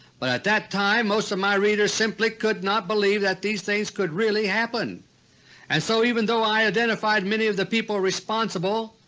but at that time most of my readers simply could not believe that these things could really happen and so even though i identified many of the people responsible,